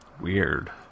Weird